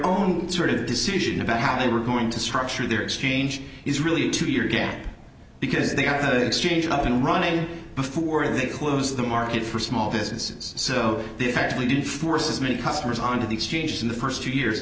own sort of decision about how they were going to structure their exchange is really a two year gap because they are both exchange up and running before they close the market for small businesses so they actually did force as many customers on to the exchanges in the first two years